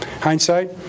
hindsight